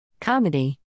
Comedy